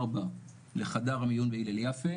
ארבע לחדר המיון בהלל יפה,